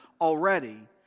already